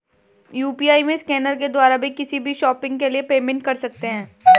UPI में scanner के द्वारा भी किसी भी शॉपिंग के लिए पेमेंट कर सकते है